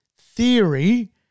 theory